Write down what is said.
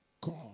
God